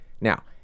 Now